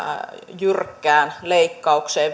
jyrkkään leikkaukseen